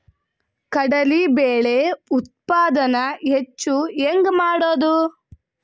ಕಡಲಿ ಬೇಳೆ ಉತ್ಪಾದನ ಹೆಚ್ಚು ಹೆಂಗ ಮಾಡೊದು?